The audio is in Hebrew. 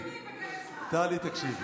תקשיבי.